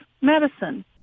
medicine